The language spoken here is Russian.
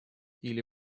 или